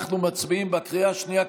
אנחנו מצביעים בקריאה השנייה,